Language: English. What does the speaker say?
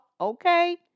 okay